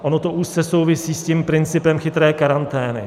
Ono to úzce souvisí s tím principem chytré karantény.